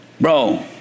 bro